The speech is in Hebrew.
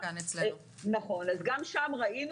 גם שם ראינו